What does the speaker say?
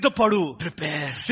prepare